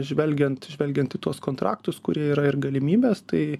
žvelgiant žvelgiant į tuos kontraktus kurie yra ir galimybes tai